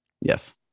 Yes